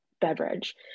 beverage